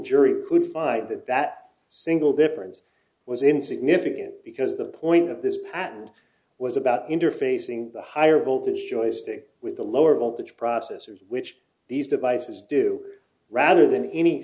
jury could find that that single difference was insignificant because the point of this patent was about interfacing the higher voltage joystick with the lower voltage processors which these devices do rather than any